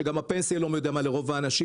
שגם הפנסיה לא מי יודע מה לרוב האנשים,